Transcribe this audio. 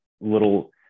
little